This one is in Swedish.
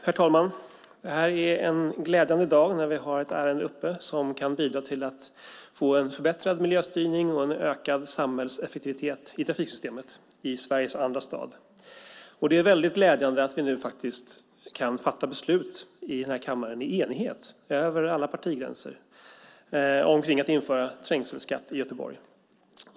Herr talman! Det är en glädjande dag när vi har ett ärende uppe som kan bidra till att få en förbättrad miljöstyrning och en ökad samhällseffektivitet i trafiksystemet i Sveriges andra stad. Det är väldigt glädjande att vi nu faktiskt kan fatta beslut i den här kammaren i enighet, över alla partigränser, om att införa trängselskatt i Göteborg.